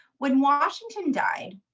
when washington died,